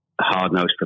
hard-nosed